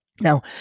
Now